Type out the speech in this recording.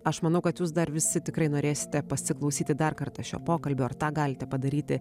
aš manau kad jūs dar visi tikrai norėsite pasiklausyti dar kartą šio pokalbio ir tą galite padaryti